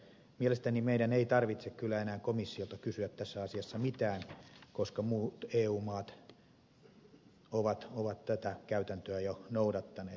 mielestäni meidän ei tarvitse kyllä enää komissiolta kysyä tässä asiassa mitään koska muut eu maat ovat tätä käytäntöä jo noudattaneet